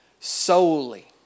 solely